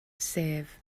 sef